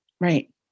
Right